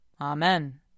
Amen